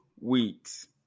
weeks